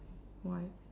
white